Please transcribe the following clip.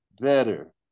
Better